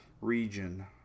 region